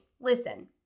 Listen